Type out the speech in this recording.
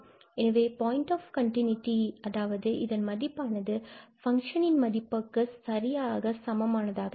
எனவே point of continuity அதாவது இதன் மதிப்பானது ஃபங்க்ஷன் மதிப்பிற்கு சரியாக சமமானதாக இருக்கும்